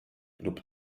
lub